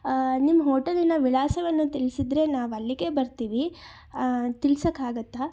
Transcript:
ನಿಮ್ಮ ಹೋಟೆಲಿನ ವಿಳಾಸವನ್ನು ತಿಳಿಸಿದ್ರೆ ನಾವು ಅಲ್ಲಿಗೆ ಬರ್ತೀವಿ ತಿಳಿಸೋಕಾಗತ್ತಾ